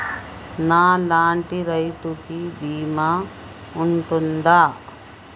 నా లాంటి రైతు కి బీమా ఉంటుందా?